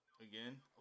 Again